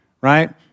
right